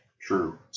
True